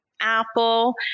Apple